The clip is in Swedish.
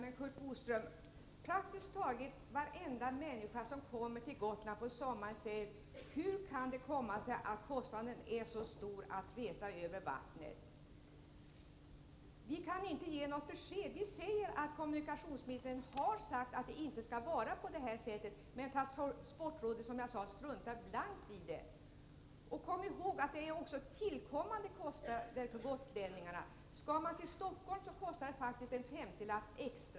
Fru talman! Praktiskt taget varenda människa, Curt Boström, som kommer till Gotland på sommaren frågar sig: Hur kan det komma sig att kostnaden för en resa över vattnet är så stor? Vi kan inte ge något besked. Vi säger bara att kommunikationsministern har sagt att det inte skall vara på det här sättet. Men transportrådet struntar, som jag sade, blankt i detta. Och kom ihåg att även andra kostnader tillkommer för gotlänningarna. Om man åker till Stockholm, kostar det faktiskt en femtiolapp extra.